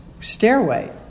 stairway